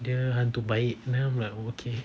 dia hantu baik then I'm like okay